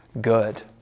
good